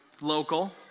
local